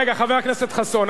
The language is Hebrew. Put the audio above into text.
רגע, חבר הכנסת חסון.